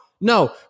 No